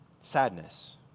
sadness